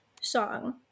song